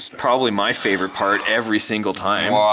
probably my favorite part, every single time.